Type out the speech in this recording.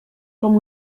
com